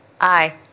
Aye